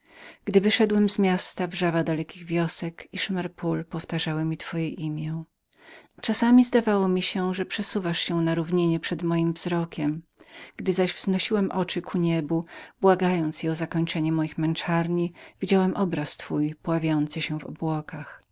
wyszedłszy z miasta wrzawa dalekich wiosek i szmer pól powtarzały mi twoje imie czasami zdawało mi się że przesuwałaś się po płaszczyznie przed moim wzrokiem gdy zaś wznosiłem oczy ku niebu błagając go o zakończenie moich męczarni widziałem obraz twój pławiący się w obłokach